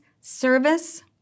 service